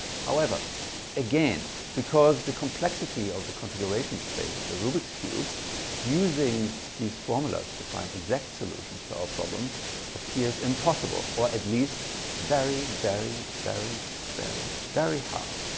however again because of the complexity of the configuration space of the rubik's cube using these formulas to find exact solutions to our problems appears impossible or at least very very very very very hard.